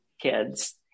kids